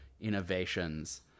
innovations